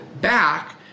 back